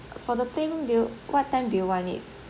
for the playroom do you what time do you want it